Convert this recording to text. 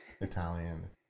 italian